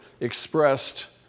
expressed